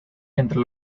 entre